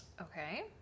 Okay